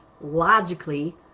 logically